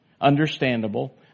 understandable